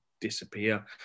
Disappear